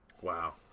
Wow